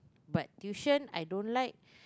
but tuition I don't like